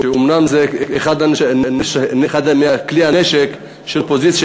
שהוא אומנם אחד מכלי הנשק של האופוזיציה,